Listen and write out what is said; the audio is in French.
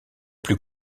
plus